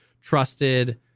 trusted